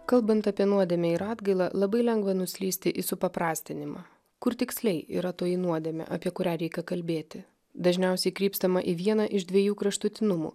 kalbant apie nuodėmę ir atgailą labai lengva nuslysti į supaprastinimą kur tiksliai yra toji nuodėmė apie kurią reikia kalbėti dažniausiai krypstama į vieną iš dviejų kraštutinumų